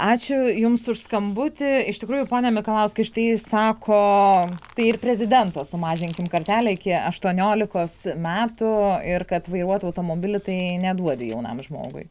ačiū jums už skambutį iš tikrųjų pone mikalauskai štai sako tai ir prezidento sumažinkim kartelę iki aštuoniolikos metų ir kad vairuot automobilį tai neduodi jaunam žmogui